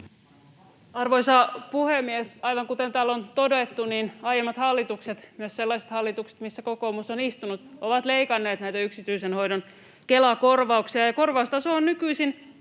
Arvoisa puhemies! Aivan kuten täällä on todettu, aiemmat hallitukset, myös sellaiset hallitukset, missä kokoomus on istunut, ovat leikanneet näitä yksityisen hoidon Kela-korvauksia. Korvaustaso on nykyisin